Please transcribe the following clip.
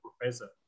professor